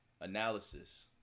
analysis